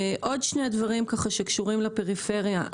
עוד שני דברים שקשורים לפריפריה.